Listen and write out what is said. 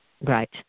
Right